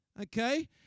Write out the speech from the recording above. Okay